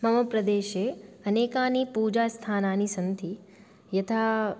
मम प्रदेशे अनेकानि पूजास्थानानि सन्ति यथा